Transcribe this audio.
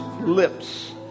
lips